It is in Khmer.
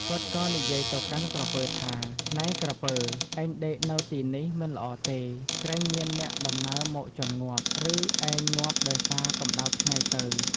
គាត់ក៏និយាយទៅកាន់ក្រពើថា នែក្រពើ! ឯងដេកនៅទីនេះមិនល្អទេ ក្រែងមានអ្នកដំណើរមកជាន់ងាប់ ឬឯងងាប់ដោយសារកម្ដៅថ្ងៃទៅ។